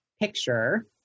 picture